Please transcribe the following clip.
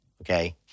okay